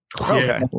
Okay